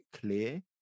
clear